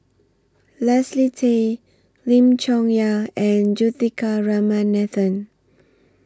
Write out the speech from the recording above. Leslie Tay Lim Chong Yah and Juthika Ramanathan